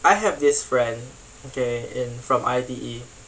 I have this friend kay in from I_T_E